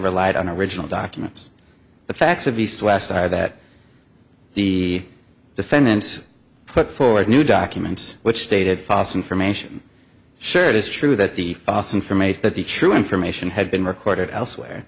relied on original documents the facts of east west are that the defendants put forward new documents which stated fos information sure it is true that the false information that the true information had been recorded elsewhere